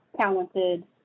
talented